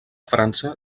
frança